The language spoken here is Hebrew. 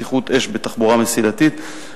בטיחות אש בתחבורה מסילתית,